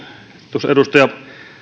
tuossa